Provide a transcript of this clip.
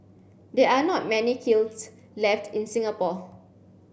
there are not many kilns left in Singapore